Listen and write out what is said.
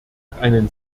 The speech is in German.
einen